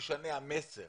משנה המסר